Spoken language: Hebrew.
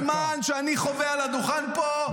גזל הזמן שאני חווה על הדוכן פה,